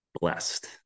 blessed